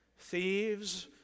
Thieves